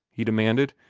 he demanded.